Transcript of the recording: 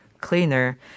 cleaner